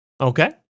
Okay